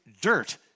dirt